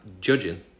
judging